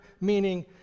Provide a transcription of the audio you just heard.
meaning